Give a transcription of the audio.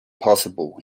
possible